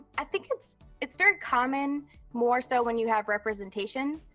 i think it's it's very common more so when you have representation,